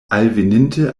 alveninte